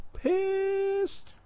pissed